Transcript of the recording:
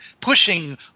pushing